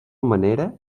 manera